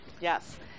Yes